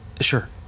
Sure